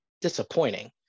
disappointing